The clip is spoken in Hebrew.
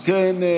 אם כן,